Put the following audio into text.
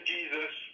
Jesus